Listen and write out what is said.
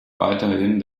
weiterhin